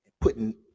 putting –